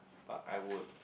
but I would